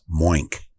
Moink